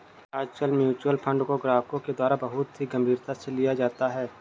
आजकल mutual fund को ग्राहकों के द्वारा बहुत ही गम्भीरता से लिया जाता है